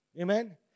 Amen